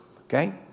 Okay